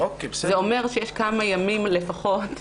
זה אומר שיש כמה ימים לפחות,